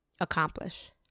accomplish